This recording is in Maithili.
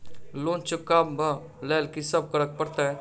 लोन चुका ब लैल की सब करऽ पड़तै?